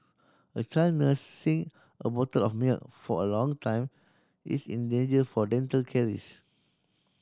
a child nursing a bottle of milk for a long time is in danger for dental caries